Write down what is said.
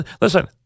Listen